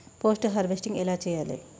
Post harvesting ఎలా చెయ్యాలే?